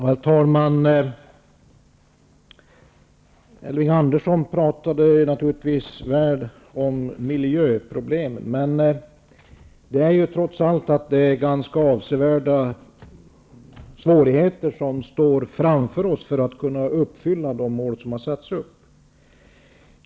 Herr talman! Elving Andersson talade naturligtvis väl om miljöproblemen. Trots allt står vi inför stora svårigheter, om vi skall kunna uppnå de mål som har satts upp.